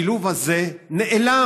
השילוב הזה נעלם